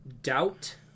Doubt